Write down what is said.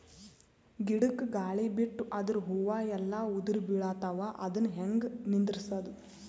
ಗಿಡಕ, ಗಾಳಿ ಬಿಟ್ಟು ಅದರ ಹೂವ ಎಲ್ಲಾ ಉದುರಿಬೀಳತಾವ, ಅದನ್ ಹೆಂಗ ನಿಂದರಸದು?